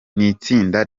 n’itsinda